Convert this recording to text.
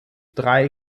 drei